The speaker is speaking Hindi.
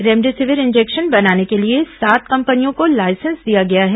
रेमडेसिविर इंजेक्शन बनाने के लिए सात कंपनियों को लाइसेंस दिया गया है